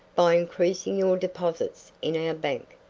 by increasing your deposits in our bank,